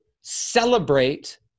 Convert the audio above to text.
celebrate